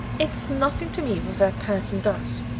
it's nothing to me what that person does,